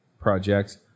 projects